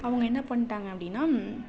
அவங்க என்ன பண்ணிட்டாங்க அப்படின்னா